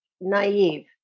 naive